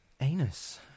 anus